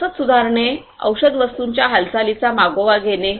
रसद सुधारणे औषध वस्तूंच्या हालचालीचा मागोवा घेणे